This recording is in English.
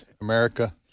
America